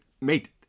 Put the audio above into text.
Mate